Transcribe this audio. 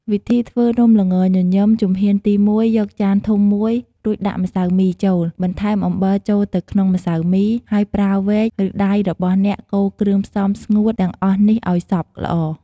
វិធីធ្វើនំល្ងញញឹម ជំហានទី ១ យកចានធំមួយ រួចដាក់ម្សៅមីចូល បន្ថែម អំបិលចូលទៅក្នុងម្សៅមី ហើយប្រើវែក ឬដៃរបស់អ្នកកូរគ្រឿងផ្សំស្ងួតទាំងអស់នេះឱ្យសព្វល្អ។